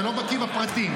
אתה לא בקיא בפרטים.